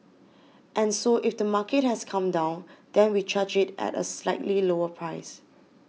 and so if the market has come down then we charge it at a slightly lower price